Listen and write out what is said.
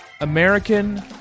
American